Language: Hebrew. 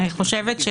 אני חושבת,